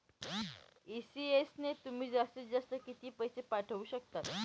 ECS ने तुम्ही जास्तीत जास्त किती पैसे पाठवू शकतात?